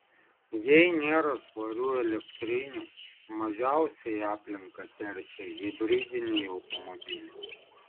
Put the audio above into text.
jei nėra švarių elektrinių mažiausiai aplinką teršia hibridiniai automobiliai